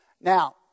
Now